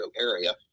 area